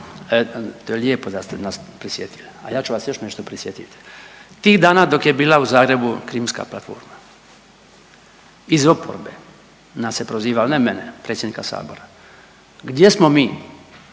Borić. Lijepo da ste nas prisjetili, a ja ću vas još nešto prisjetiti. Tih dana dok je bila u Zagrebu Krimska platforma iz oporbe nas se prozivalo, ne mene, predsjednika Sabora. Gdje smo mi,